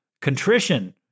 contrition